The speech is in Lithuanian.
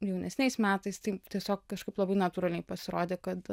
jaunesniais metais tai tiesiog kažkaip labai natūraliai pasirodė kad